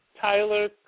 Tyler